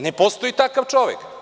Ne postoji takav čovek.